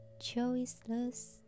Choiceless